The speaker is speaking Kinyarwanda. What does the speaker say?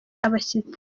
abashyitsi